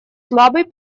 слабый